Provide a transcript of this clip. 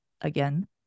again